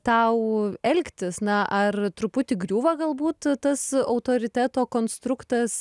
tau elgtis na ar truputį griūva galbūt tas autoriteto konstruktas